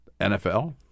NFL